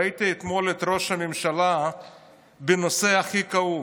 ראיתי אתמול את ראש הממשלה בנושא הכי כאוב,